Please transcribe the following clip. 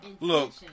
Look